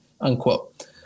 unquote